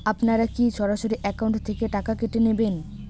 আপনারা কী সরাসরি একাউন্ট থেকে টাকা কেটে নেবেন?